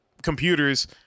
computers